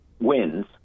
wins